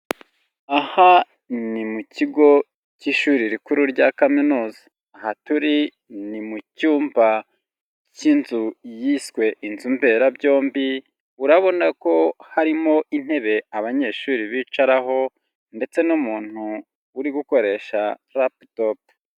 Aha ni mu kigo cy'ishuri rikuru rya kaminuza, aha turi ni mu cyumba cy'inzu yiswe inzu mberabyombi, urabona ko harimo intebe abanyeshuri bicaraho ndetse n'umuntu uri gukoresha laptop.